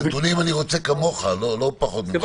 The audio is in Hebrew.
נתונים אני רוצה כמוך, לא פחות ממך.